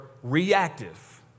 Reactive